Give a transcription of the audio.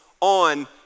on